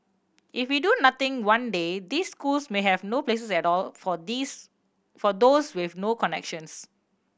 if we do nothing one day these schools may have no places at all for these for those with no connections